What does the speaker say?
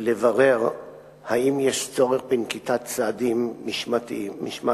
לברר אם יש צורך בנקיטת צעדים משמעתיים.